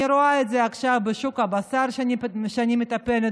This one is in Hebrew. אני רואה את זה עכשיו בשוק הבשר, שבו אני מטפלת.